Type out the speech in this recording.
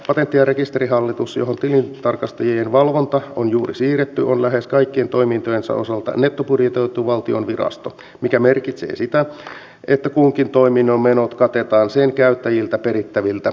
patentti ja rekisterihallitus johon tilintarkastajien valvonta on juuri siirretty on lähes kaikkien toimintojensa osalta nettobudjetoitu valtion virasto mikä merkitsee sitä että kunkin toiminnon menot katetaan sen käyttäjiltä perittävillä maksuilla